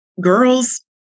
girls